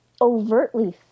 overtly